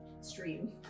stream